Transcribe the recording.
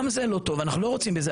זה גם לא טוב ואנחנו לא רוצים בזה,